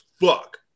fuck